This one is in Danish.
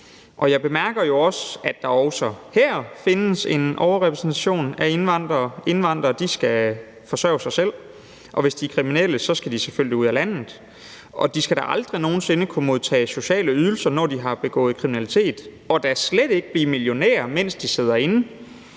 Jeg bemærker jo også, at der også her findes en overrerepræsentation af indvandrere. Indvandrere skal forsørge sig selv, og hvis de er kriminelle, skal de selvfølgelig ud af landet, og de skal da aldrig nogen sinde kunne modtage sociale ydelser, når de har begået kriminalitet, og da slet ikke blive millionærer, mens de sidder inde.